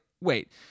wait